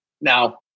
Now